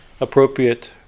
appropriate